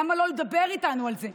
למה לא לדבר איתנו על זה?